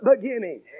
beginning